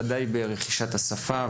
ודאי ברכישת השפה,